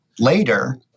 later